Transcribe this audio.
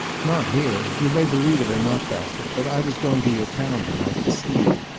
not here. you may believe it or not, bassett, but i was going to your town to-night to see you.